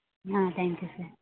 thank you sir